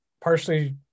partially